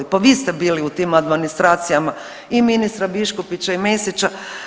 Vi ste bili u tim administracijama i ministra Biškupića i Mesića.